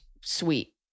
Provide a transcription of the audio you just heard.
sweet